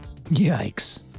Yikes